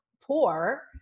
poor